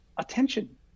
Attention